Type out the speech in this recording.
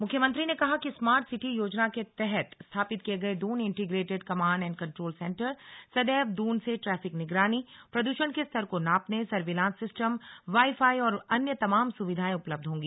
मुख्यमंत्री ने कहा कि स्मार्ट सिटी योजना के तहत स्थापित किये गये Doon integrated command and control centre सदैव दून से ट्रैफिक निगरानी प्रदूषण के स्तर को नापने सर्विलांस सिस्टम वाई फाई और अन्य तमाम सुविधाएं उपलब्ध होंगी